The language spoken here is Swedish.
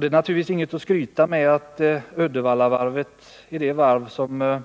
Det är naturligtvis inget att skryta med att Uddevalla kommun och regionen där